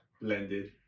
blended